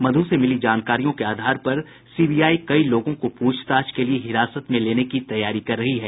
मधु से मिली जानकारियों के आधार पर सीबीआई कई लोगों को पूछताछ के लिए हिरासत में लेने की तैयारी कर रही है